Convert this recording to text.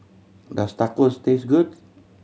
does Tacos taste good